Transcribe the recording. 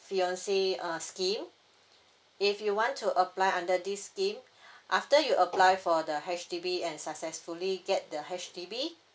fiancee uh scheme if you want to apply under this scheme after you apply for the H_D_B and successfully get the H_D_B